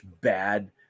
bad